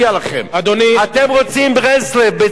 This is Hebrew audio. אדוני, אתם רוצים ברסלב בצה"ל?